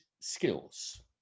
skills